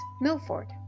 Milford